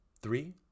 Three